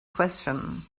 question